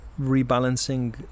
rebalancing